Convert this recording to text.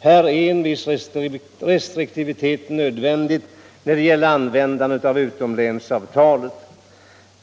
Här är en viss restriktivitet vid användandet av utomlänsavtalet nödvändig.